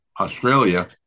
Australia